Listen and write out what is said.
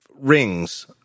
rings